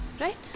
right